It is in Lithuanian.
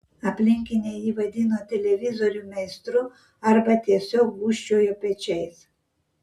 aplinkiniai jį vadino televizorių meistru arba tiesiog gūžčiojo pečiais